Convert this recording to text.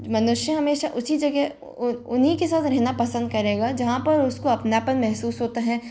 मनुष्य हमेशा उसी जगह उन उन्हीं के साथ रहना पसंद करेगा जहाँ पर उसको अपनापन महसूस होता है